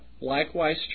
likewise